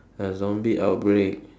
a zombie outbreak